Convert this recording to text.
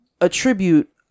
attribute